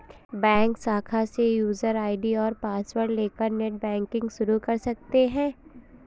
bank शाखा से user ID और पॉसवर्ड लेकर नेटबैंकिंग शुरू कर सकते है